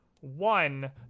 one